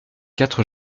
quatre